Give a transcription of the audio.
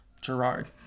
Gerard